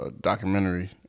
documentary